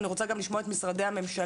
אני רוצה גם לשמוע את משרדי הממשלה,